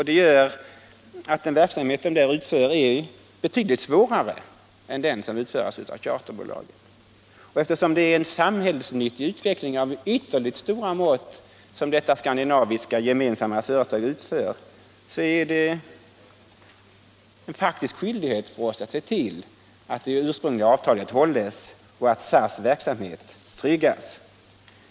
Det gör att SAS verksamhet är betydligt svårare än den som utförs av charterbolagen. Eftersom det är en samhällsnyttig verksamhet av ytterligt stora mått som detta gemensamma skandinaviska företag genomför, är det faktiskt en skyldighet för oss att se till att det ursprungliga avtalet hålles och att SAS verksamhet tryggas.